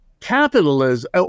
Capitalism